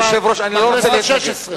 נדמה לי שהשאלה הזאת עלתה כבר בכנסת השש-עשרה.